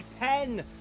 pen